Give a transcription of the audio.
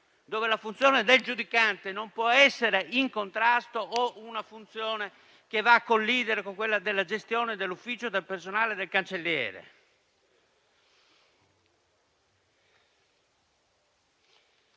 cui la funzione del giudicante non può essere in contrasto o in collisione con quella della gestione dell'ufficio del personale e del cancelliere.